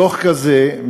דוח כזה,